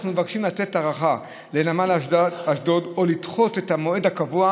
אנחנו מבקשים לתת הארכה לנמל אשדוד או לדחות את המועד הקבוע